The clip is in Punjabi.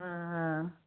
ਹਾਂ ਹਾਂ